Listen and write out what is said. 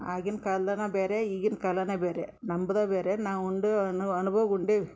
ಆಗಿನ ಕಾಲ್ದನ ಬ್ಯಾರೆ ಈಗಿನ ಕಾಲನ ಬ್ಯಾರೆ ನಮ್ದ ಬ್ಯಾರೆ ನಾವೊಂಡು ಅನ್ಬೊ ಅನುಭವಗೊಂಡೇವಿ